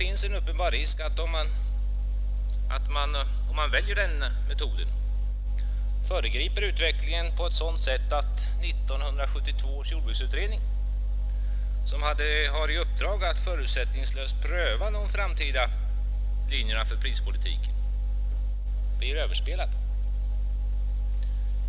Om man väljer den metoden finns det en uppenbar risk för att man föregriper utvecklingen på ett sådant sätt att 1972 års jordbruksutredning, som har i uppdrag att förutsättningslöst pröva de framtida linjerna för prispolitiken, blir överspelad.